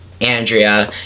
andrea